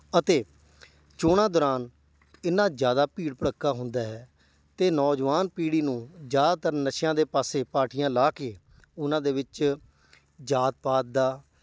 ਅਤੇ ਚੋਣਾਂ ਦੌਰਾਨ ਇੰਨਾਂ ਜ਼ਿਆਦਾ ਭੀੜ ਭੜੱਕਾ ਹੁੰਦਾ ਹੈ ਅਤੇ ਨੌਜਵਾਨ ਪੀੜ੍ਹੀ ਨੂੰ ਜ਼ਿਆਦਾਤਰ ਨਸ਼ਿਆਂ ਦੇ ਪਾਸੇ ਪਾਰਟੀਆਂ ਲਗਾ ਕੇ ਉਹਨਾਂ ਦੇ ਵਿੱਚ ਜਾਤ ਪਾਤ ਦਾ